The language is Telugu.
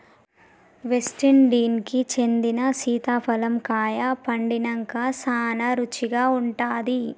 వెస్టిండీన్ కి చెందిన సీతాఫలం కాయ పండినంక సానా రుచిగా ఉంటాది